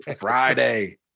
Friday